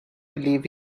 believe